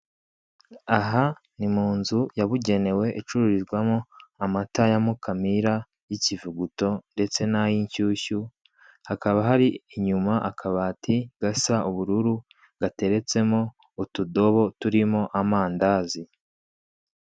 Aha ni munzu yabugenewe icururizwamo amata ya mukamira y'ikivuguto ndetse n'ay'ishyushyu , hakaba hari inyuma akabati gasa ubururu gateretsemo utudobo turimo amandazi.